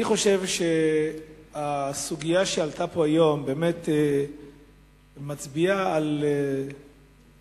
אני חושב שהסוגיה שעלתה פה היום באמת מצביעה על סגנון